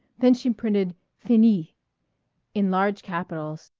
then she printed finis in large capitals,